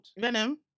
Venom